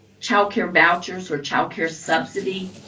child care vouchers or child care subsidy,